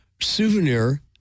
souvenir